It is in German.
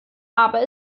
aber